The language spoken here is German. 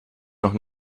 noch